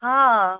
हा